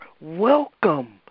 welcome